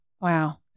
Wow